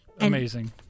Amazing